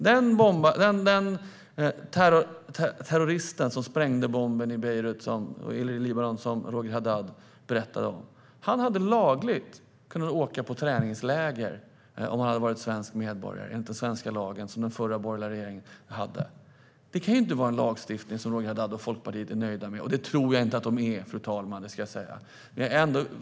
Den terrorist som sprängde bomben i Libanon, som Roger Haddad berättade om, hade lagligt kunna åka på träningsläger om han hade varit svensk medborgare, enligt den svenska lagen som gällde under den förra borgerliga regeringen. Det kan väl inte vara en lagstiftning som Roger Haddad och Folkpartiet är nöjda med, och det tror jag inte att de är, fru talman.